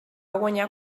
guanyar